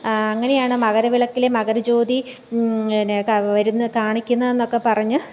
അങ്ങനെയാണ് മകരവിളക്കിലെ മകരജ്യോതി വരുന്ന് കാണിക്കുന്നതെന്നൊക്കെ പറഞ്ഞ്